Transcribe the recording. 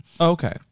okay